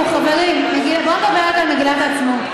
תראו, חברים, בואו נדבר רגע על מגילת העצמאות.